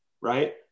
right